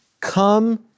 Come